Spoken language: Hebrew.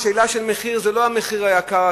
שאלה של מחיר זה לא המחיר היקר,